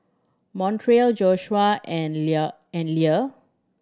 Montrell Joshua and Lea and Lea